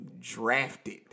drafted